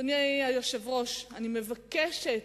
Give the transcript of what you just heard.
אדוני היושב-ראש, אני מבקשת,